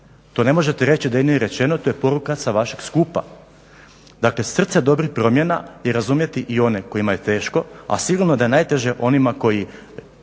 To ne možete reći da nije rečeno. To je poruka sa vašeg skupa. Dakle, srce dobrih promjena je razumjeti i one kojima je teško, a sigurno da je najteže onima koji